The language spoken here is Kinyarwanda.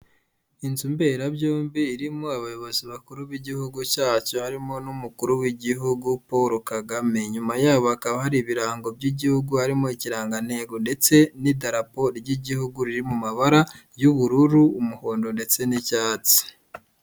Inzu mberabyombi irimo abayobozi bakuru b'igihugu cyacu, harimo n'umukuru w'igihugu Paul Kagame, inyuma yabo haka hari ibirango by'igihugu harimo ikirantego ndetse n'idarapo ry'igihugu riri mu mabara y'ubururu, umuhondo ndetse n'icyatsi.